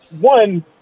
One